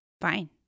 Fine